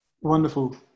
Wonderful